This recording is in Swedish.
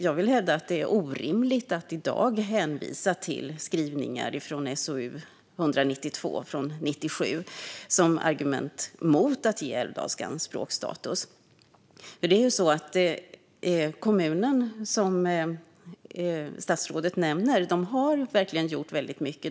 Jag vill hävda att det är orimligt att i dag hänvisa till skrivningar från SOU 1997:192 som argument mot att ge älvdalskan språkstatus. Kommunen har verkligen, som statsrådet nämnde, gjort väldigt mycket.